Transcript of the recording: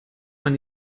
man